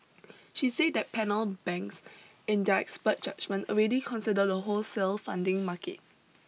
she said the panel banks in their expert judgement already consider the wholesale funding market